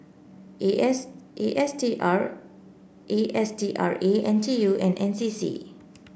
A S A S T R A S T R A N T U and N C C